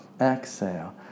exhale